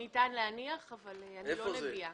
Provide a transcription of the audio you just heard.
ניתן להניח, אבל אני לא נביאה.